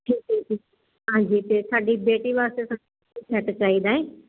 ਹਾਂਜੀ ਤੇ ਸਾਡੀ ਬੇਟੀ ਵਾਸਤੇ ਸੈਟ ਚਾਹੀਦਾ ਏ